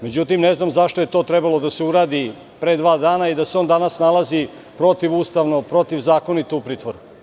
Međutim, ne znam zašto je to trebalo da se to uradi pre dva dana i da se on danas nalazi protivustavno i protivzakonito u pritvoru.